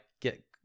get